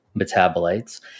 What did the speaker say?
metabolites